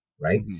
right